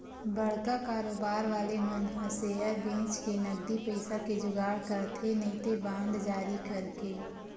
बड़का कारोबार वाले मन ह सेयर बेंचके नगदी पइसा के जुगाड़ करथे नइते बांड जारी करके